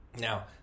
Now